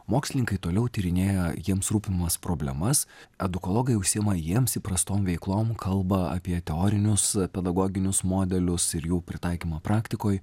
mokslininkai toliau tyrinėja jiems rūpimas problemas edukologai užsiema jiems įprastom veiklom kalba apie teorinius pedagoginius modelius ir jų pritaikymą praktikoj